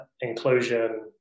inclusion